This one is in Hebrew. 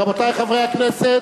רבותי חברי הכנסת,